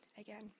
again